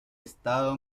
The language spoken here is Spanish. estado